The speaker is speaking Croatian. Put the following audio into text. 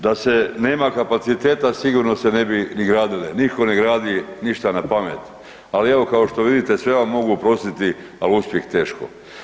Da se nema kapaciteta sigurno se ne bi ni gradile, niko ne gradi ništa na pamet, ali evo kao što vidite sve vam mogu oprostiti, al uspjeh teško.